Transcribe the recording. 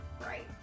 right